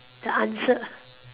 the answer